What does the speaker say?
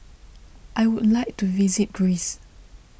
I would like to visit Greece